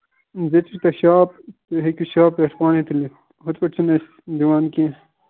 بیٚیہِ چھِو تۄہہِ شاپ تُہۍ ہٮ۪کِو شاپ پٮ۪ٹھ پانَے تُلِٹھ مَگر ہُتھ پٲٹھۍ چھِنہٕ أسۍ دِوان کیٚنہہ